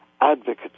advocates